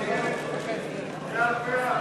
סיעת העבודה,